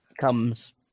comes